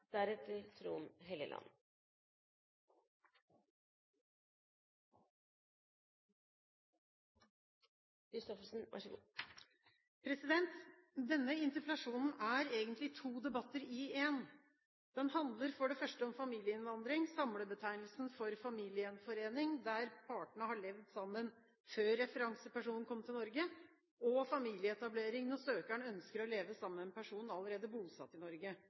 for familiegjenforening der partene har levd sammen før referansepersonen kom til Norge, og familieetablering, når søkeren ønsker å leve sammen med en person allerede bosatt i Norge.